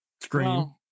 Scream